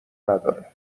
نداره